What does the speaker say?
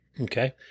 Okay